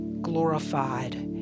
glorified